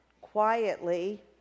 quietly